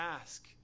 ask